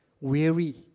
weary